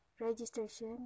registration